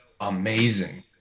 amazing